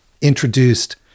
introduced